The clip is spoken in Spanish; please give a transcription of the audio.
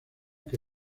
que